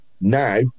now